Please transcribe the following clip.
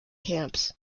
camps